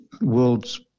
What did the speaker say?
world's